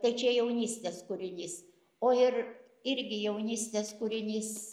tai čia jaunystės kūrinys o ir irgi jaunystės kūrinys